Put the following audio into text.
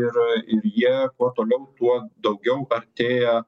ir ir jie kuo toliau tuo daugiau artėja